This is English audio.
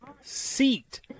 seat